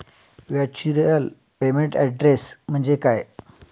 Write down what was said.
Virtual payment address म्हणजे काय?